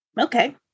Okay